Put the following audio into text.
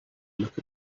look